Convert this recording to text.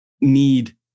need